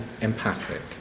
empathic